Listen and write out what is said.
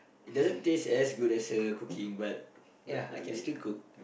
it doesn't taste as good as her cooking but ya I can still cook